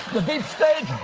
deep state!